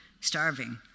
starving